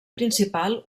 principal